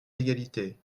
d’égalité